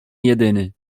jedyny